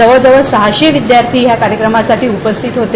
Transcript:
जवळ जवळ सहाशे विद्यार्थी या कार्यक्रमाला उपस्थित होते